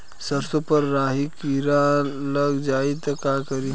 सरसो पर राही किरा लाग जाई त का करी?